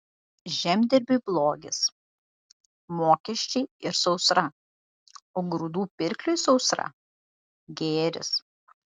žemdirbiui blogis mokesčiai ir sausra o grūdų pirkliui sausra gėris